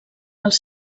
els